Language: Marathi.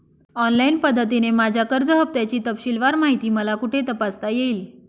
ऑनलाईन पद्धतीने माझ्या कर्ज हफ्त्याची तपशीलवार माहिती मला कुठे तपासता येईल?